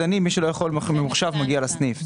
מי שלא יכול לעשות את זה באופן ממוחשב מגיע אל הסניף.